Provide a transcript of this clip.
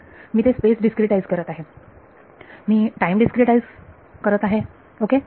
तर मी space discretize करत आहे मी टाईम डीस्क्रीटाईज करत आहे ओके